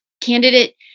candidate